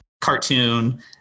cartoon